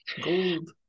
gold